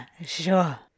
sure